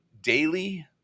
daily